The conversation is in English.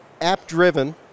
app-driven